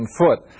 foot